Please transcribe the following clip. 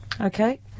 Okay